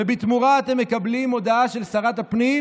ובתמורה אתם מקבלים הודעה של שרת הפנים